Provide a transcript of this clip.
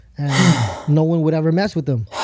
and no one would ever mess with them.